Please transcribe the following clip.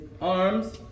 arms